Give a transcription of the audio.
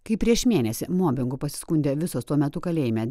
kai prieš mėnesį mobingu pasiskundė visos tuo metu kalėjime